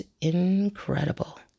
incredible